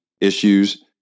issues